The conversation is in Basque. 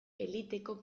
eliteko